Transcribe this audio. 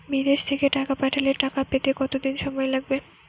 বিদেশ থেকে টাকা পাঠালে টাকা পেতে কদিন সময় লাগবে?